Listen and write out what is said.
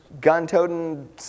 gun-toting